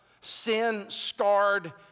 sin-scarred